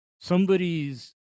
somebody's